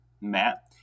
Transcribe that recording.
Matt